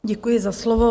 Děkuji za slovo.